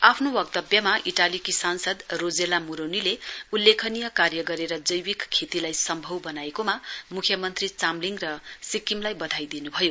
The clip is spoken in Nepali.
आफ्नो वक्तव्यमा इटालीकी सांसद रोजेला मुरोनीले उल्लेखनीय कार्य गरेर जैविक खेतीलाई सम्भव वनाएकोमा मुख्यमन्त्री चामलिङ र सिक्किमलाई वधाई दिनुभयो